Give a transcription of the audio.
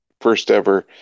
first-ever